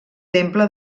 temple